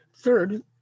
Third